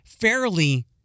fairly